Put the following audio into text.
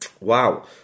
wow